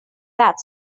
that